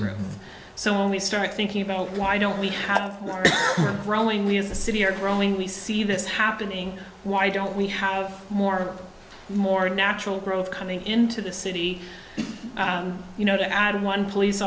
room so when we start thinking about why don't we have growing we as a city are growing we see this happening why don't we have more more natural growth coming into the city you know to add one police